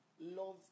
love